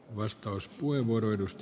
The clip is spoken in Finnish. arvoisa puhemies